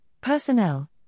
personnel